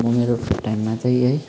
म मेरो फ्री टाइममा चाहिँ है